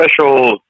special